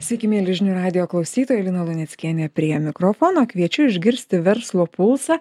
sveiki mieli žinių radijo klausytojai lina luneckienė prie mikrofono kviečiu išgirsti verslo pulsą